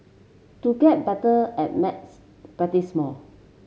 to get better at maths practise more